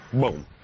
boom